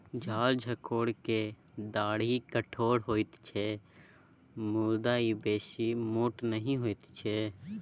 झार झंखोर केर डाढ़ि कठोर होइत छै मुदा ई बेसी मोट नहि होइत छै